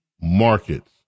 markets